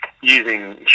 using